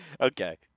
Okay